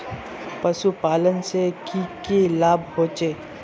पशुपालन से की की लाभ होचे?